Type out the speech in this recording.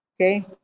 Okay